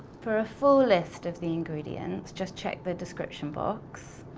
for a full list of the ingredients, just check the description box.